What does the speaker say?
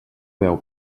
veu